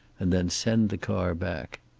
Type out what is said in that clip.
and then send the car back.